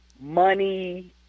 money